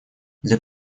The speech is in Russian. для